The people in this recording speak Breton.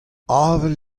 avel